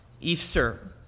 Easter